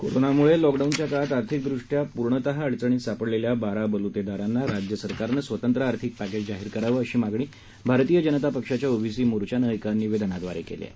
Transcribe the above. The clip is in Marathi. कोरोनामुळे लॉकडाऊनच्या काळात आर्थिकदृष्ट्या पूर्णतः अडचणीत सापडलेल्या बारा बलुतेदारांना राज्य सरकारनं स्वतंत्र आर्थिक पर्क्रज जाहीर करावं अशी मागणी भारतीय जनता पक्षाच्या ओबीसी मोर्चाने एका निवेदनाद्वारे केली आहे